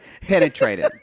penetrated